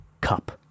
Cup